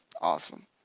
awesome